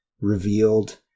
revealed